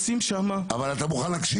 אתה מוכן לתת לי רגע?